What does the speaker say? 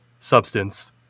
Substance